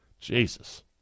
Jesus